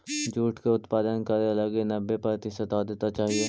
jute के उत्पादन करे लगी नब्बे प्रतिशत आर्द्रता चाहइ